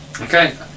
Okay